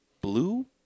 Blue